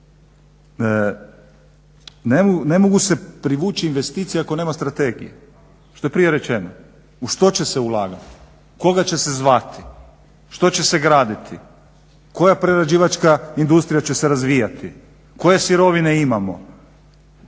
ne mogu se privući investicije ako nema strategije što je prije rečeno. U što će se ulagati? Koga će se zvati? Što će se graditi? Koja prerađivačka industrija će se razvijati? Koje sirovine imamo?